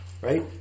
right